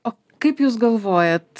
o kaip jūs galvojat